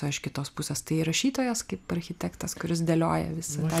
o iš kitos pusės tai rašytojas kaip architektas kuris dėlioja visą